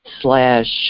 slash